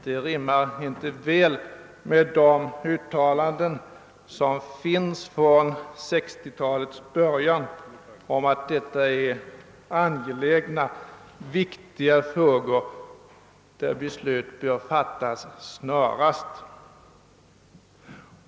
Det rimmar inte väl med de uttalanden som finns från 1960-talets början om att detta är angelägna, viktiga frågor där beslut bör fattas snarast möjligt.